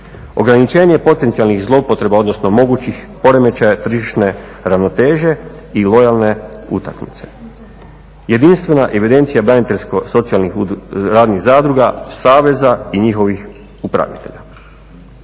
Ograničenje potencijalnih zloupotreba, odnosno mogućih poremećaja tržišne ravnoteže i lojalne utakmice. Jedinstvena evidencija braniteljsko socijalnih radnih zadruga, saveza i njihovih upravitelja.